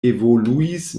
evoluis